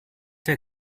der